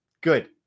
good